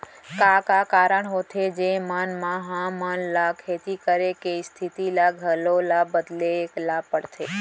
का का कारण होथे जेमन मा हमन ला खेती करे के स्तिथि ला घलो ला बदले ला पड़थे?